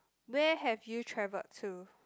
where have you traveled to